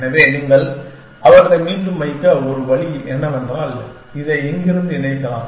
எனவே நீங்கள் அவற்றை மீண்டும் வைக்க ஒரு வழி என்னவென்றால் இதை இங்கிருந்து இணைக்கலாம்